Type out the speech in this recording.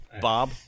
Bob